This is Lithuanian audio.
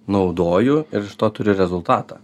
naudoju ir iš to turiu rezultatą